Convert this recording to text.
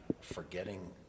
forgetting